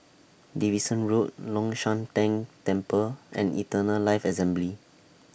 Davidson Road Long Shan Tang Temple and Eternal Life Assembly